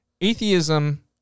Atheism